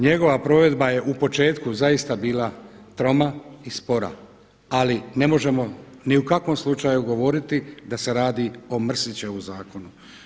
Njegova provedba je u početku zaista bila troma i spora, ali ne možemo ni u kakvom slučaju govoriti da se radi o Mrsićevu zakonu.